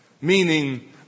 meaning